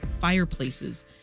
fireplaces